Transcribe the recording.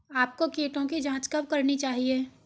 आपको कीटों की जांच कब करनी चाहिए?